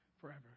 forever